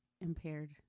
impaired